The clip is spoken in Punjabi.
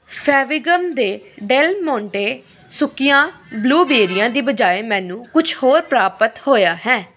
ਫੇਵੀਗਮ ਦੇ ਡੇਲ ਮੋਂਟੇ ਸੁੱਕੀਆਂ ਬਲੂਬੇਰੀਆਂ ਦੀ ਬਜਾਏ ਮੈਨੂੰ ਕੁਛ ਹੋਰ ਪ੍ਰਾਪਤ ਹੋਇਆ ਹੈ